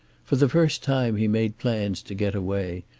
for the first time he made plans to get away,